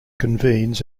convenes